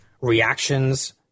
reactions